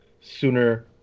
sooner